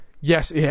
Yes